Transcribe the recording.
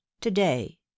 to-day